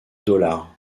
dollars